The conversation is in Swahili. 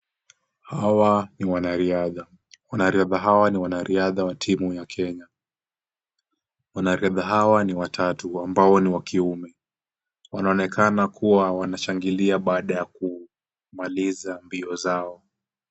Hawa ni wanariadha. Wanariadha hawa ni wanariadha wa timu ya Kenya. Wanariadha hawa ni watatu ambao ni wa kiume. Wanaonekana kuwa wanashangilia baada ya kumaliza mbio zao.